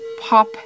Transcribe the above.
pop